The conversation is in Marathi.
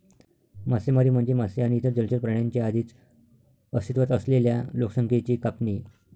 मासेमारी म्हणजे मासे आणि इतर जलचर प्राण्यांच्या आधीच अस्तित्वात असलेल्या लोकसंख्येची कापणी